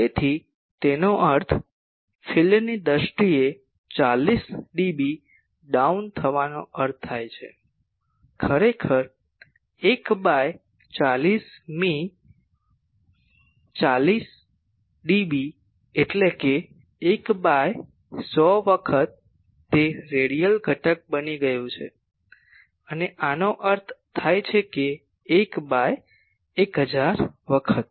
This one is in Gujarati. તેથી તેનો અર્થ ફિલ્ડની દ્રષ્ટિએ 40 ડીબી ડાઉન થવાનો અર્થ થાય છે ખરેખર 1 બાય 100 મી 40 ડીબી એટલે કે 1 બાય 100 વખત તે રેડિયલ ઘટક બની ગયું છે અને આનો અર્થ થાય છે 1 બાય 1000 વખત